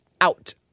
out